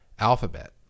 alphabet